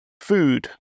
food